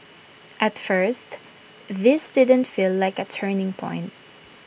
at first this didn't feel like A turning point